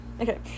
Okay